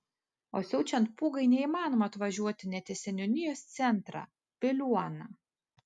o siaučiant pūgai neįmanoma atvažiuoti net į seniūnijos centrą piliuoną